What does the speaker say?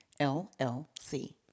LLC